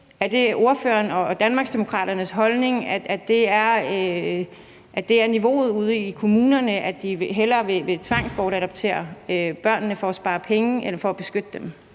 Er det ordføreren og Danmarksdemokraternes holdning, at det er niveauet ude i kommunerne, altså at de snarere vil tvangsbortadoptere børnene for at spare penge end for at beskytte dem?